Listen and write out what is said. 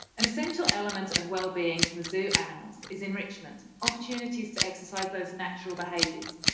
an essential element of wellbeing for zoo animals is enrichment, opportunities to exercise those natural behaviours.